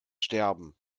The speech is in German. sterben